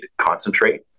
concentrate